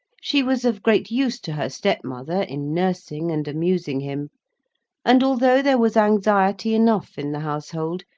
she was of great use to her step-mother in nursing and amusing him and, although there was anxiety enough in the household,